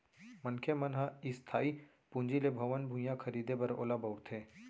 मनखे मन ह इस्थाई पूंजी ले भवन, भुइयाँ खरीदें बर ओला बउरथे